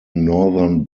northern